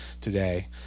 today